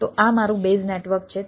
તો આ મારું બેઝ નેટવર્ક છે